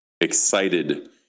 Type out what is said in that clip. excited